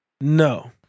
No